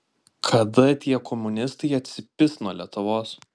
kada tie komunistai atsipis nuo lietuvos